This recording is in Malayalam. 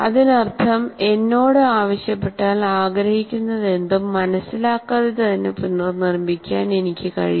അതിനർത്ഥം എന്നോട് ആവശ്യപ്പെട്ടാൽ ആഗ്രഹിക്കുന്നതെന്തും മനസിലാക്കാതെ തന്നെ പുനർനിർമ്മിക്കാൻ എനിക്ക് കഴിയും